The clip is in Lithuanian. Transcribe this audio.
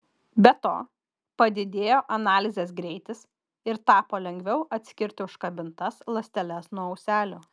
be to padidėjo analizės greitis ir tapo lengviau atskirti užkabintas ląsteles nuo ūselių